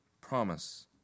promise